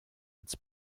its